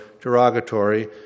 derogatory